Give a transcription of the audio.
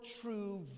true